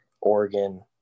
Oregon